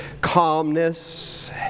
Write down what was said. calmness